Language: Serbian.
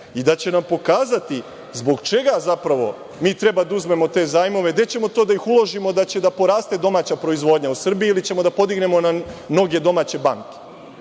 i da će nam pokazati zbog čega, zapravo, mi treba da uzmemo te zajmove, gde ćemo da ih uložimo, da će da poraste domaća proizvodnja u Srbiji ili ćemo da podignemo na mnoge domaće banke?